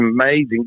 amazing